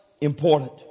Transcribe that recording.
important